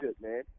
man